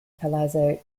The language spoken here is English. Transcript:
palazzo